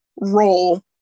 role